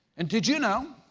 and did you know,